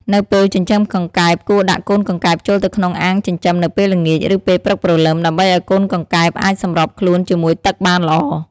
នៅពេលចិញ្ចឹមកង្កែបគួរដាក់កូនកង្កែបចូលទៅក្នុងអាងចិញ្ចឹមនៅពេលល្ងាច ឬពេលព្រឹកព្រលឹម ដើម្បីឲ្យកូនកង្កែបអាចសម្របខ្លួនជាមួយទឹកបានល្អ។